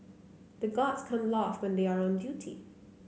the guards can't laugh when they are on duty